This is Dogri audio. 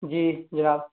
जी जनाब